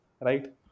right